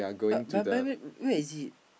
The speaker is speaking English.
but but by the way where is it